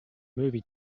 movie